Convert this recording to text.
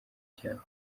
cyabo